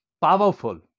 powerful